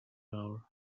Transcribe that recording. hour